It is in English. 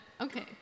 Okay